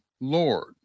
Lord